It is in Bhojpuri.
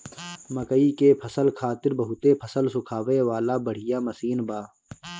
मकई के फसल खातिर बहुते फसल सुखावे वाला बढ़िया मशीन बा